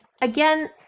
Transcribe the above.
again